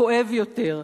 כואב יותר,